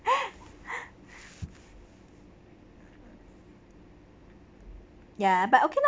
ya okay lah